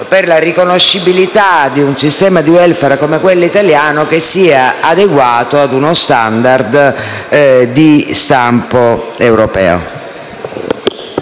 per la riconoscibilità di un sistema di *welfare,* come quello italiano, che sia adeguato a uno *standard* di stampo europeo.